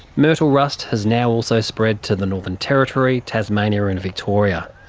myrtle rust has now also spread to the northern territory, tasmania and victoria.